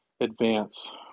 advance